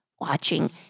watching